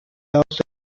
demasiado